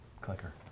clicker